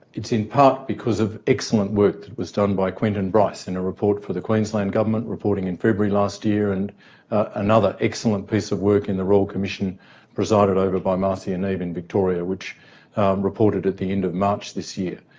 it's in part because of excellent work that was done by quentin bryce in a report for the queensland government reporting in february last year, and another excellent piece of work in the royal commission presided over by marcia neave in victoria which reported at the end of march this year.